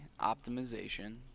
optimization